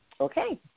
Okay